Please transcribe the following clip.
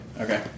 Okay